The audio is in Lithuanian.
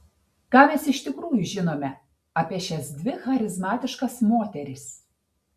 ką mes iš tikrųjų žinome apie šias dvi charizmatiškas moteris